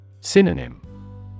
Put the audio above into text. Synonym